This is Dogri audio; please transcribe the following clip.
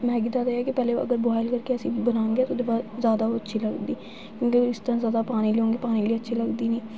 मै गी दा एह् ऐ कि पैह्लें अगर बॉइल करियै उसी बनागे ते ओह्दे बाद जैदा ओह् अच्छी लगदी ओह्दे बिच जैदा पानी आह्ली बी अच्छी निं लगदी